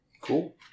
Cool